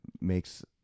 makes